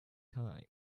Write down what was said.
time